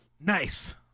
Nice